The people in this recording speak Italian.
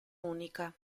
unica